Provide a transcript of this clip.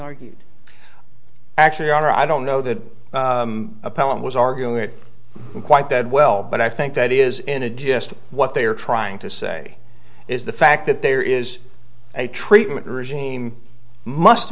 argued actually on or i don't know the appellant was arguing it quite that well but i think that is in a just what they are trying to say is the fact that there is a treatment regime must